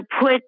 put